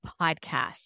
podcast